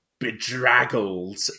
bedraggled